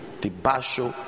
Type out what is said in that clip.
debaixo